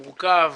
מורכב,